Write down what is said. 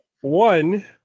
one